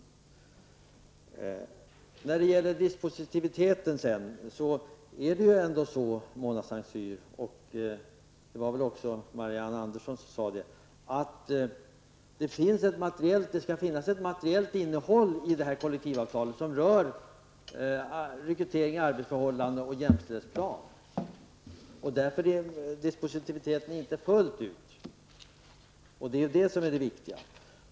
När det sedan gäller dispositiviteten, Mona Saint Cyr och Marianne Andersson i Vårgårda, är det ändå så att det skall finnas ett materiellt innehåll i kollektivavtalet som rör rekrytering, arbetsförhållanden och jämställdhetsplan. Därför gäller inte dispositiviteten fullt ut. Det är detta som är det viktiga.